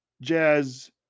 Jazz